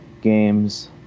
games